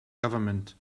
government